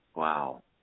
Wow